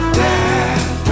dead